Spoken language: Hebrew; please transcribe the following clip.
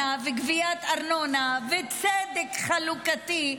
ארנונה ועל גביית ארנונה ועל צדק חלוקתי,